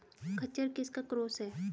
खच्चर किसका क्रास है?